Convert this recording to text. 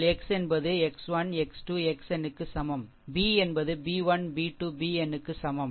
xn க்கும் B என்பது b 1 b 2 bn க்கும் சமம்